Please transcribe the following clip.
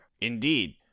indeed